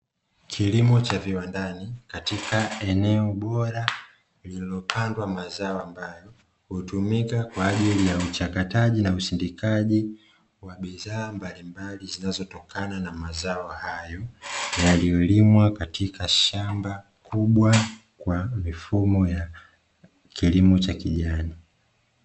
Kilimo cha viwandani katika eneo bora lililopandwa mazao ambayo, hutumika kwa ajili ya uchakataji na usindikaji wa bidhaa mbalimbali zinazotokana na mazao hayo, yaliyolimwa katika shamba kubwa kwa mifumo ya kilimo cha kijani.